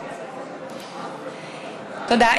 תודה.